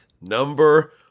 number